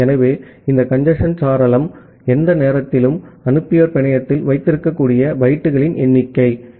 ஆகவே இந்த கஞ்சேஸ்ன் சாளரம் எந்த நேரத்திலும் அனுப்பியவர் பிணையத்தில் வைத்திருக்கக்கூடிய பைட்டுகளின் எண்ணிக்கை ஆகும்